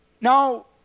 Now